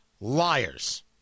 liars